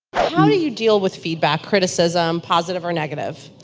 how do you deal with feedback? criticism? positive or negative?